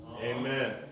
Amen